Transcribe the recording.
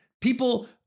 People